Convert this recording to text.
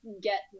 get